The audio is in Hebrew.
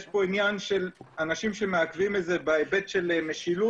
יש פה עניין של אנשים שמעכבים את זה בהיבט של משילות,